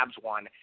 one